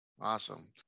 Awesome